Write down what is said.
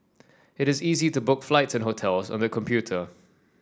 it is easy to book flights and hotels on the computer